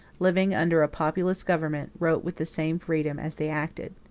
living under a popular government, wrote with the same freedom as they acted.